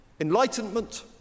Enlightenment